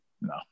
no